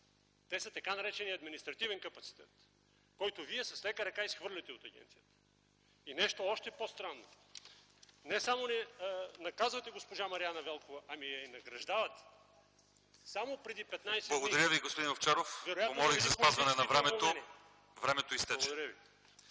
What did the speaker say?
Те са така наречения административен капацитет, който Вие с лека ръка изхвърляте от агенцията. И нещо още по-странно. Не само не наказвате госпожа Мариана Велкова, ами я и награждавате. Само преди 15 дни ... ПРЕДСЕДАТЕЛ ЛЪЧЕЗАР ИВАНОВ: Благодаря Ви, господин Овчаров. Помолих за спазване на времето. РУМЕН